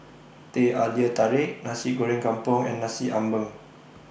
Teh Halia Tarik Nasi Goreng Kampung and Nasi Ambeng